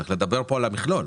צריך לדבר על המכלול.